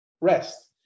rest